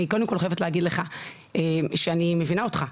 אני קודם כל חייבת להגיד לך שאני מבינה אותך.